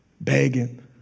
begging